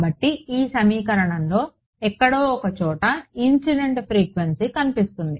కాబట్టి ఈ సమీకరణంలో ఎక్కడో ఒకచోట ఇన్సిడెంట్ ఫ్రీక్వెన్సీ కనిపిస్తుంది